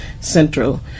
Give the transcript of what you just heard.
Central